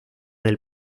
del